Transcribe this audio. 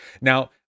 Now